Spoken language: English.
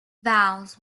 vowels